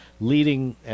leading